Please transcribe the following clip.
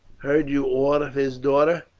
heard you aught of his daughter?